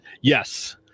Yes